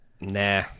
Nah